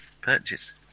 purchase